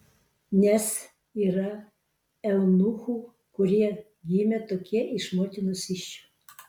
nes yra eunuchų kurie gimė tokie iš motinos įsčių